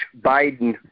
Biden